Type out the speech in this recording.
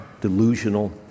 delusional